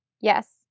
Yes